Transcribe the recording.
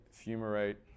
fumarate